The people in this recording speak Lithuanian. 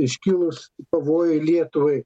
iškilus pavojui lietuvai